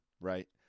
right